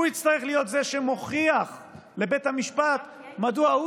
הוא יצטרך להיות זה שמוכיח לבית המשפט מדוע גם